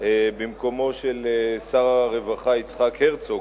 במקומו של שר הרווחה יצחק הרצוג.